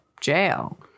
jail